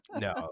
No